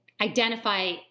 identify